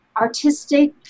artistic